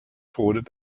tod